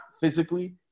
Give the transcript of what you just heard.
physically